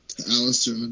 Alistair